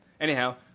Anyhow